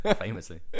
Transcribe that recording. famously